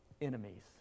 enemies